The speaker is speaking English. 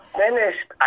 finished